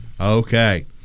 okay